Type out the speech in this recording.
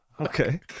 okay